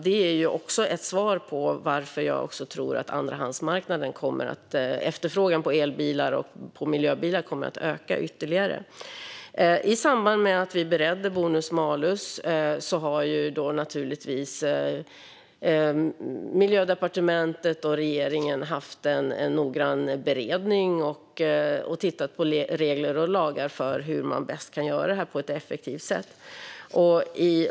Det är också ett svar på varför jag tror att efterfrågan på elbilar och miljöbilar kommer att öka ytterligare på andrahandsmarknaden. I samband med att vi beredde bonus-malus hade Miljödepartementet och regeringen en noggrann beredning och tittade på regler och lagar för hur man bäst kan göra detta på ett effektivt sätt.